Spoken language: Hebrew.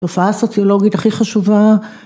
ה‫רפואה הסוציולוגית הכי חשובה.